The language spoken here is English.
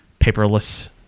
paperless